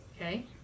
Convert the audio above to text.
Okay